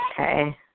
okay